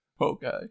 Okay